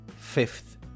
fifth